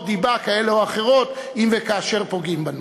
דיבה כאלה או אחרות אם וכאשר פוגעים בנו.